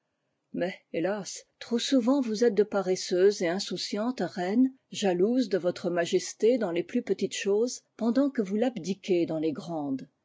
mais hé as trop souvent vous êtes de paresseuses et insouciantes reines jalouses de votre majesté dans les plus petites choses pendant que vous l'abdiquez dans les grandes